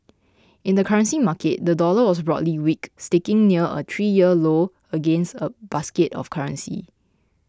in the currency market the dollar was broadly weak sticking near a three year low against a basket of currencies